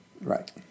Right